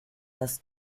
das